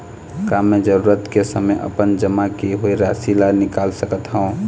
का मैं जरूरत के समय अपन जमा किए हुए राशि ला निकाल सकत हव?